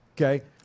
Okay